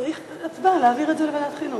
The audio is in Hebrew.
צריך הצבעה להעביר את זה לוועדת החינוך.